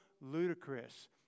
ludicrous